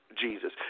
Jesus